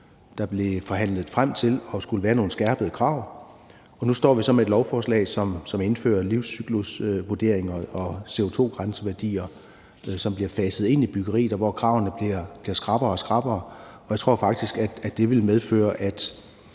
hvor vi forhandlede os frem til, at der skulle være nogle skærpede krav, og nu står vi så med et lovforslag, som indfører livscyklusvurderinger og CO2-grænseværdier, som bliver faset ind i byggeriet, og hvor kravene bliver skrappere og skrappere, og jeg tror faktisk, at det vil medføre, at